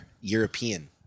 European